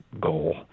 goal